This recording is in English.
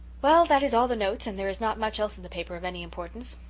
well, that is all the notes and there is not much else in the paper of any importance.